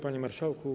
Panie Marszałku!